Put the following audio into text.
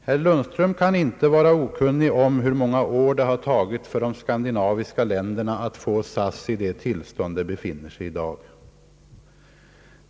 Herr Lundström kan inte vara okunnig om hur många år det har tagit för de skandinaviska länderna att göra SAS till vad SAS är i dag.